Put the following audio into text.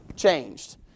changed